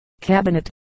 Cabinet